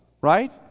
right